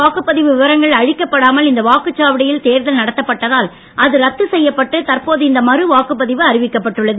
வாக்குப்பதிவு விவரங்கள் அழிக்கப்படாமல் மாதிரி இந்த வாக்குச்சாவடியில் தேர்தல் நடத்தப்பட்டதால் அது ரத்து செய்யப்பட்டு தற்போது இந்த மறு வாக்குப்பதிவு அறிவிக்கப்பட்டு உள்ளது